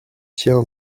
tiens